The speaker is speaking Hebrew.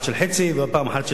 ועוד פעם אחת של חצי שני.